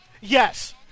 Yes